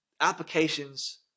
applications